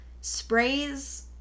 Sprays